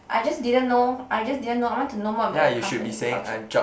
I just didn't know I just didn't know I want to know more about the company culture